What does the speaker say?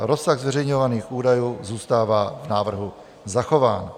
Rozsah zveřejňovaných údajů zůstává v návrhu zachován.